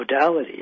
modalities